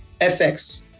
FX